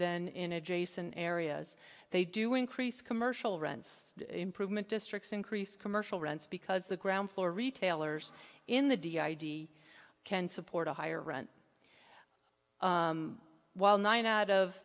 than in adjacent areas they do increase commercial rents improvement districts increase commercial rents because the ground floor retailers in the d id can support a higher rent while nine out of